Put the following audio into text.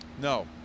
No